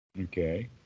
Okay